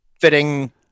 fitting